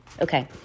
Okay